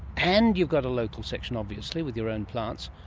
and you've got a local section obviously with your own plants,